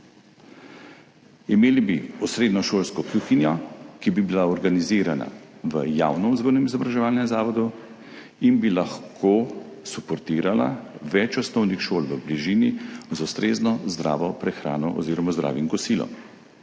Imeli bi osrednjo šolsko kuhinjo, ki bi bila organizirana v javnem vzgojno-izobraževalnem zavodu in bi lahko suportirala več osnovnih šol v bližini z ustrezno zdravo prehrano oziroma zdravim kosilom.